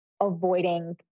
avoiding